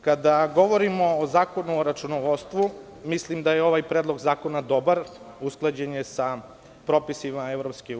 Kada govorimo o Zakonu o računovodstvu, mislim da je ovaj predlog zakona dobar, usklađen je sa propisima EU.